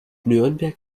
nürnberg